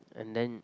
and then